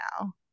now